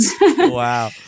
Wow